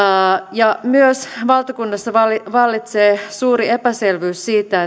ja myös valtakunnassa vallitsee suuri epäselvyys siitä